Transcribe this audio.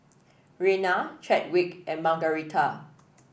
Rena Chadwick and Margaretha